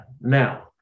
Now